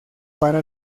para